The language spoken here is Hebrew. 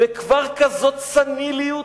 וכבר כזאת סניליות?